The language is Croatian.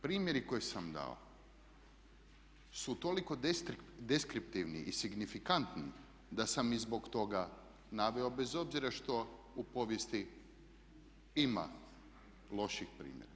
Primjeri koje sam dao su toliko deskriptivni i signifikantni da sam ih zbog toga naveo bez obzira što u povijesti ima loših primjera.